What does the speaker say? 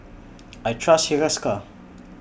I Trust Hiruscar